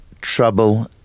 trouble